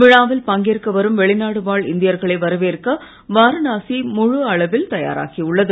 விழாவில் பங்கேற்க வரும் வெளிநாடு வாழ் இந்தியர்களை வரவேற்க வாரணாசி முழு அளவில் தயாராகி உள்ளது